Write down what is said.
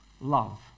Love